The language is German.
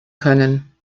können